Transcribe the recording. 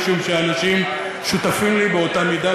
משום שאנשים שותפים לי באותה מידה.